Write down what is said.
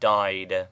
died